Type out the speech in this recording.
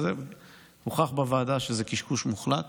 הוכח בוועדה שזה קשקוש מוחלט.